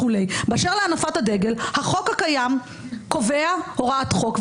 באשר להנפת הדגל, החוק הקיים קובע הוראת חוק.